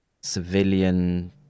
civilian